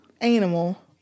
animal